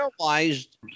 realized